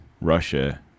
Russia